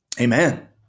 Amen